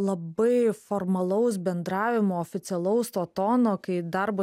labai formalaus bendravimo oficialaus to tono kai darbo